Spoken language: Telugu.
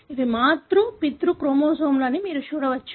ఇవి పితృ మాతృ క్రోమోజోములు అని మీరు చూడవచ్చు